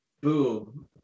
boom